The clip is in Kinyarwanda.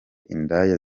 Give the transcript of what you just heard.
indaya